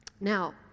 Now